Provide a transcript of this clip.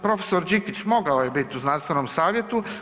Prof. Đikić mogao je biti u znanstvenom savjetu.